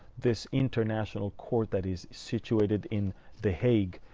this international court that is situated in the hague,